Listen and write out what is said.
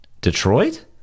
Detroit